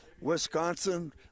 Wisconsin